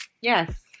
Yes